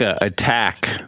attack